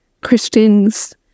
Christians